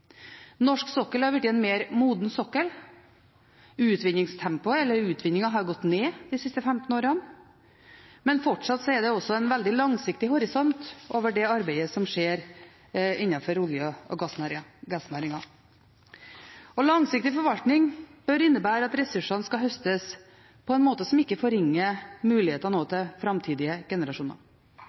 Norsk sokkel har blitt en mer moden sokkel. Utvinningen har gått ned de siste 15 årene. Men fortsatt er det også en veldig langsiktig horisont over det arbeidet som skjer innenfor olje- og gassnæringen. Langsiktig forvaltning bør innebære at ressursene skal høstes på en måte som ikke forringer mulighetene for framtidige generasjoner.